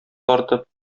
тартып